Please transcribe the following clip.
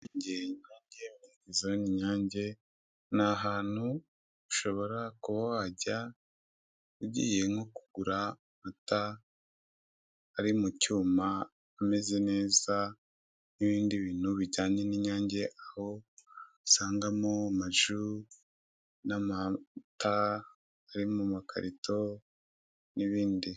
Ibicuruzwa by'uruganda rwa Inyange. Muri ibyo harimo amata turi kubona mu cyuma kinini cyane cy'umweru. Inyuma yacyo hari ibindi bicuruzwa by'uru ruganda birimo amazi n'umutobe w'imbuto.